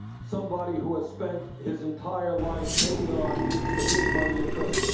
somebody who has spent his entire life taking on the big money interests,